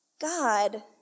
God